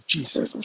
Jesus